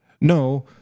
No